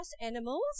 animals